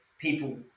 people